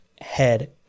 head